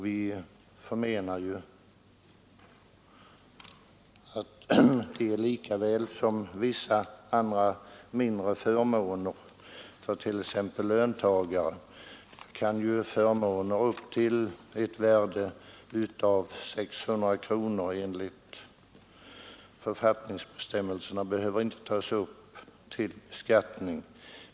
Vissa andra mindre förmåner för t.ex. löntagare upp till ett värde av 600 kronor behöver enligt författningsbestämmelserna inte tas upp till beskattning.